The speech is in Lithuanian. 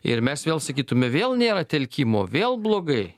ir mes vėl sakytume vėl nėra telkimo vėl blogai